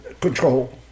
Control